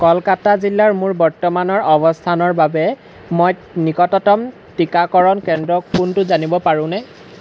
কলকাতা জিলাৰ মোৰ বৰ্তমানৰ অৱস্থানৰ বাবে মই নিকটতম টীকাকৰণ কেন্দ্ৰ কোনটো জানিব পাৰোঁনে